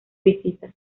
visita